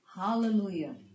Hallelujah